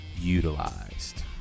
utilized